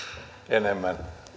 enemmän